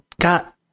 got